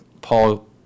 Paul